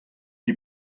die